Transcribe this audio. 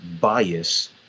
bias